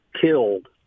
killed